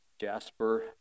jasper